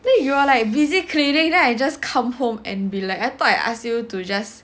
then you were like busy cleaning then I just come home and be like I thought I ask you to just